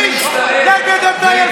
קיש נגד הטייסים.